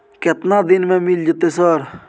केतना दिन में मिल जयते सर?